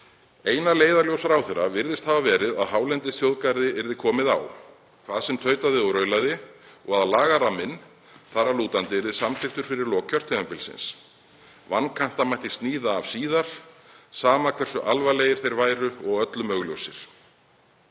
Eina leiðarljós ráðherra virðist hafa verið að hálendisþjóðgarði yrði komið á, hvað sem tautaði og raulaði og að lagaramminn þar að lútandi yrði samþykktur fyrir lok kjörtímabilsins. Vankanta mætti sníða af síðar, sama hversu alvarlegir þeir væru og öllum augljósir.